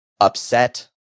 upset